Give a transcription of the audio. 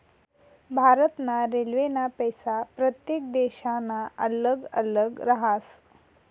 भारत ना रेल्वेना पैसा प्रत्येक देशना अल्लग अल्लग राहस